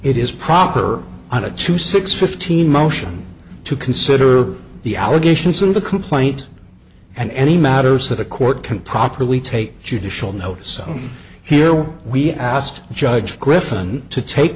it is proper on a two six fifteen motion to consider the allegations in the complaint and any matters that a court can properly take judicial notice so here we asked the judge griffen to ta